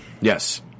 Yes